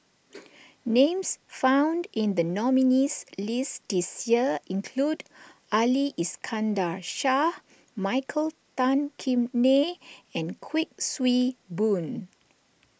names found in the nominees' list this year include Ali Iskandar Shah Michael Tan Kim Nei and Kuik Swee Boon